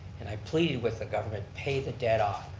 and i pleaded with the government, pay the debt off,